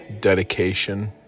Dedication